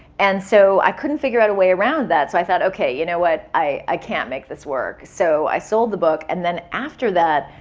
and so, i couldn't figure out a way around that so i thought, ok. you know what? i can't make this work. so, i sold the book and then after that,